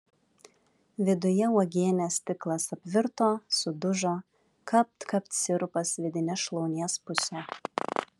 viduje uogienės stiklas apvirto sudužo kapt kapt sirupas vidine šlaunies puse